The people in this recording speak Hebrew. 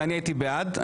ואני הייתי בעד.